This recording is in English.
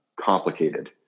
complicated